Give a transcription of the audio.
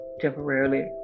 temporarily